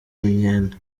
imyenda